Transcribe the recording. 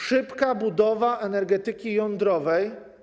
Szybka budowa energetyki jądrowej.